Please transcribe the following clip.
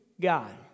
God